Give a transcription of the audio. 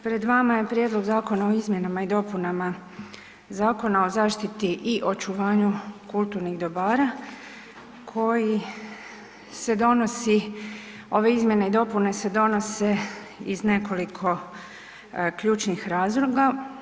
Pred vama je Prijedlog zakona o izmjenama i dopunama Zakona o zaštiti i očuvanju kulturnih dobara koji se donosi, ove izmjene i dopune se donose iz nekoliko ključnih razloga.